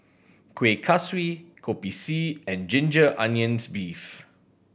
Kuih Kaswi Kopi C and ginger onions beef